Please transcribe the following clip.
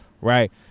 Right